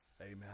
Amen